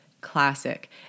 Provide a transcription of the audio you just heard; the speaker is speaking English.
classic